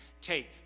take